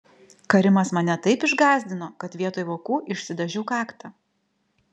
karimas mane taip išgąsdino kad vietoj vokų išsidažiau kaktą